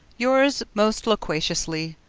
yours most loquaciously,